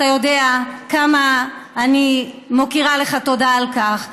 אתה יודע כמה אני מכירה לך תודה על כך,